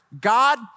God